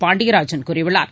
பாண்டியராஜன் கூறியுள்ளார்